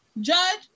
judge